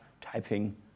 typing